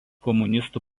komunistų